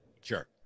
Sure